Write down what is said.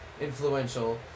influential